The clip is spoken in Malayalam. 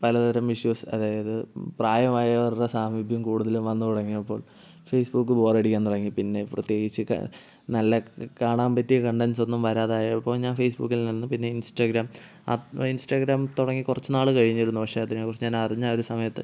പലതരം വിഷ്വൽസ് അതായത് പ്രായമായവരുടെ സാമീപ്യം കൂടുതലും വന്ന് തുടങ്ങിയപ്പോൾ ഫേസ്ബുക്ക് ബോറടിക്കാൻ തുടങ്ങി പിന്നെ പ്രത്യേകിച്ച് നല്ല കാണാൻ പറ്റിയ കണ്ടെൻസൊന്നും വരാതായപ്പോൾ ഞാൻ ഫേസ്ബുക്കിൽ നിന്ന് പിന്ന ഇൻസ്റ്റഗ്രാം അപ്പം ഇൻസ്റ്റഗ്രാം തുടങ്ങി കുറച്ച് നാള് കഴിഞ്ഞിരുന്നു പക്ഷേ അതിനെക്കുറിച്ച് ഞാൻ അറിഞ്ഞ ആ ഒരു സമയത്ത്